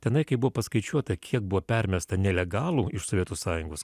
tenai kai buvo paskaičiuota kiek buvo permesta nelegalų iš sovietų sąjungos